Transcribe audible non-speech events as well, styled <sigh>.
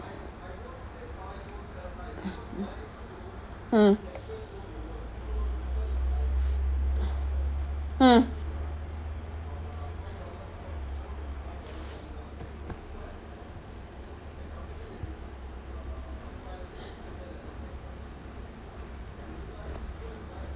<breath> mm mm